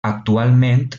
actualment